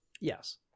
Yes